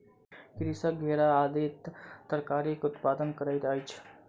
कृषक घेरा आदि तरकारीक उत्पादन करैत अछि